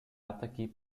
attaquer